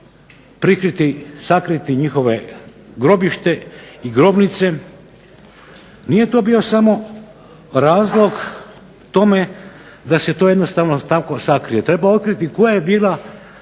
prikriti, sakriti njihova grobišta i grobnice. Nije to bio samo razlog tome da se to jednostavno tako sakrije, treba otkriti koji je bio